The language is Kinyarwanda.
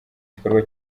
gikorwa